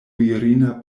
virina